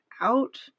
out